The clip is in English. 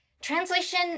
Translation